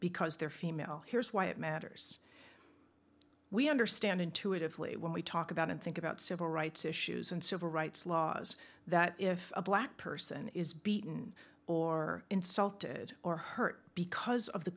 because they're female here's why it matters we understand intuitively when we talk about and think about civil rights issues and civil rights laws that if a black person is beaten or insulted or hurt because of the